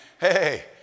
hey